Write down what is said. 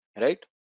right